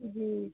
जी